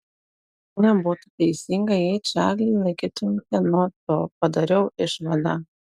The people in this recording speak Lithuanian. nebūtų teisinga jei čarlį laikytumėme nuo to padariau išvadą